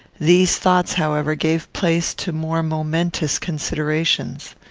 these thoughts, however, gave place to more momentous considerations.